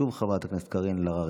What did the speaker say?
שוב חברת הכנסת קארין אלהרר,